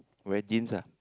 wear jeans ah